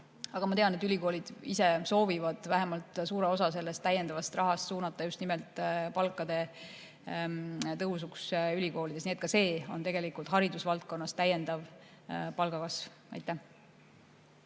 Aga ma tean, et ülikoolid ise soovivad vähemalt suure osa sellest täiendavast rahast suunata just nimelt palkade tõusuks. Ent ka see on tegelikult haridusvaldkonnas täiendav palgakasv. Kalle